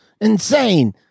insane